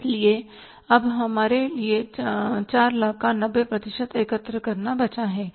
इसलिए अब हमारे लिए 400000 का 90 प्रतिशत एकत्र करना बचा है